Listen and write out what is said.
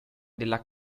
della